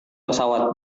pesawat